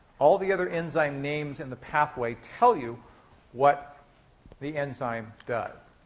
all the other enzyme names in the pathway tell you what the enzyme does.